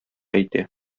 әйтә